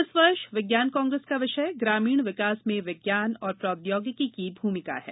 इस वर्ष विज्ञान कांग्रेस का विषय ग्रामीण विकास में विज्ञान और प्रौद्योगिकी की भूमिका है